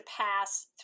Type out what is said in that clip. pass